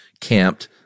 camped